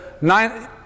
nine